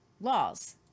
laws